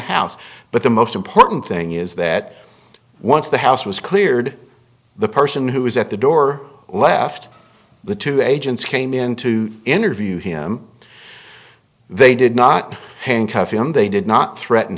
house but the most important thing is that once the house was cleared the person who was at the door left the two agents came in to interview him they did not handcuff him they did not threaten